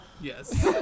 Yes